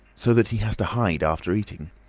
so that he has to hide after eating.